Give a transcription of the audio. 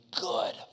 good